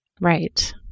Right